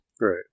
Right